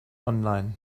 online